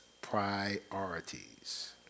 priorities